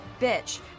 Bitch